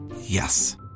Yes